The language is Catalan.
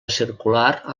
circular